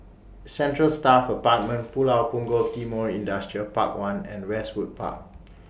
Central Staff Apartment Pulau Punggol Timor Industrial Park one and Westwood Walk